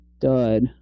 dud